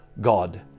God